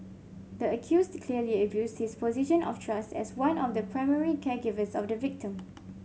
the accused clearly abused his position of trust as one of the primary caregivers of the victim